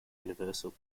universal